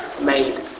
made